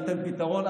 ניתן פתרון,